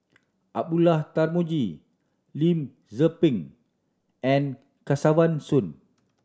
Abdullah Tarmugi Lim Tze Peng and Kesavan Soon